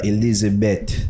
Elizabeth